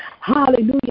Hallelujah